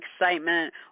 excitement